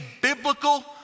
biblical